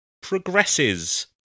progresses